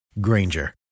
Granger